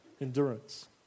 Endurance